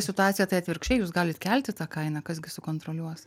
situacija tai atvirkščiai jūs galit kelti tą kainą kas gi sukontroliuos